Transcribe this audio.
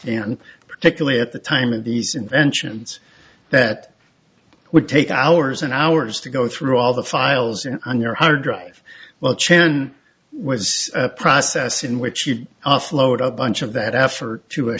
and particularly at the time of these inventions that would take hours and hours to go through all the files in on your hard drive well chan was a process in which you offload a bunch of that effort to a